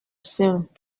soon